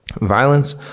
Violence